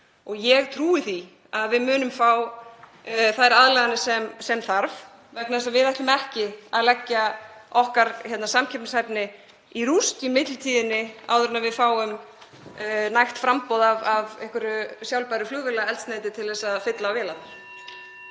ég trúi því að við munum fá þær aðlaganir sem þarf vegna þess að við ætlum ekki að leggja okkar samkeppnishæfni í rúst í millitíðinni áður en við fáum nægt framboð af einhverju sjálfbæru flugvélaeldsneyti til að fylla á vélarnar.